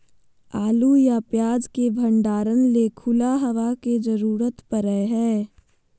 आलू या प्याज के भंडारण ले खुला हवा के जरूरत पड़य हय